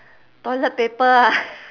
toilet paper ah